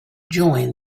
join